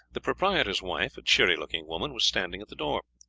the proprietor's wife, a cheery-looking woman, was standing at the door.